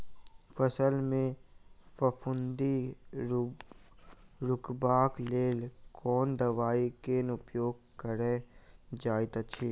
फसल मे फफूंदी रुकबाक लेल कुन दवाई केँ प्रयोग कैल जाइत अछि?